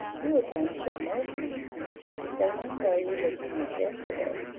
you would find still more snow and ice, the same i saw you looking at yesterday.